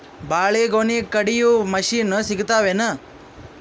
ಬಾಳಿಗೊನಿ ಕಡಿಯು ಮಷಿನ್ ಸಿಗತವೇನು?